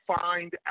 find